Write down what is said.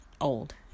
old